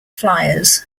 flyers